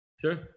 Sure